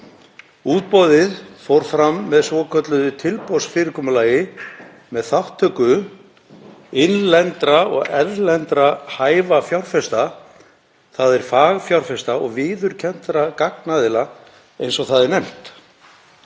Útboðið fór fram með svokölluðu tilboðsfyrirkomulagi með þátttöku innlendra og erlendra hæfra fjárfesta, þ.e. fagfjárfesta og viðurkenndra gagnaðila, eins og það er nefnt.